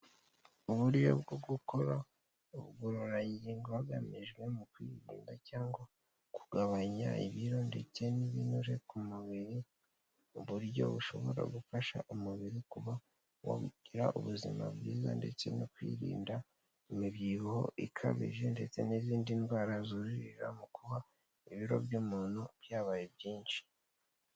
Uburyo bwo gukora ubugororangingo hagamijwe mu kwirinda cyangwa kugabanya ibiro ndetse n'ibinure ku mubiri, mu buryo bushobora gufasha umubiri kuba wagira ubuzima bwiza ndetse no kwirinda imibyibuho ikabije, ndetse n'izindi ndwara zuririra mu kuba ibiro by'umuntu byabaye byinshi.